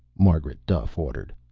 margaret duffe ordered.